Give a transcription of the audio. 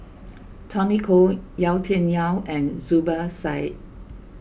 Tommy Koh Yau Tian Yau and Zubir Said